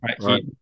right